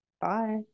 Bye